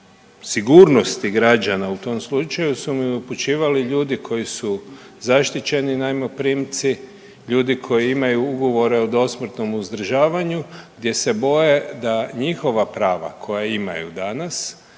u tom slučaju su mi upućivali ljudi koji su zaštićeni najmoprimci, ljudi koji imaju ugovore o dosmrtnom uzdržavanju gdje se boje da njihova prava koja imaju danas